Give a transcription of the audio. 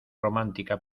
romántica